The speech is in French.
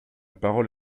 parole